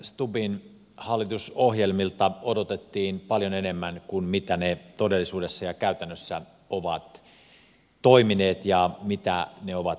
kataisenstubbin hallitusohjelmilta odotettiin paljon enemmän kuin miten ne todellisuudessa ja käytännössä ovat toimineet ja mitä ne ovat tuottaneet